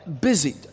busy